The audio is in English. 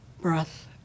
breath